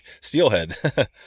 steelhead